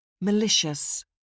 Malicious